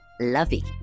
lovey